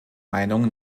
meinung